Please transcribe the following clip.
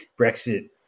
Brexit